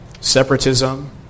Separatism